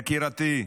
יקירתי,